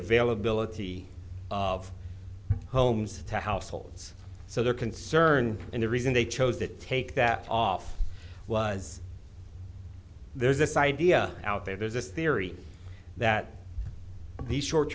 availability of homes to households so their concern and the reason they chose to take that off was there's this idea out there there's a theory that these short